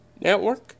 Network